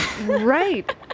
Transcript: right